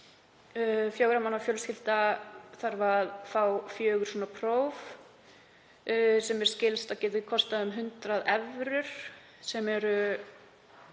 Fjögurra manna fjölskylda þarf að fá fjögur svona próf sem mér skilst að geti kostað um 100 evrur, sem er